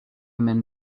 men